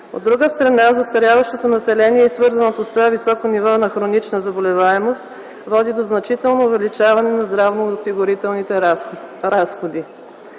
От друга страна, застаряващото население и свързаното с това високо ниво на хронична заболеваемост води до значително увеличаване на здравноосигурителните разходи.